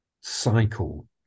cycle